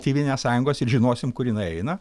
tėvynės sąjungos ir žinosim kur jinai eina